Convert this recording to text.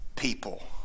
people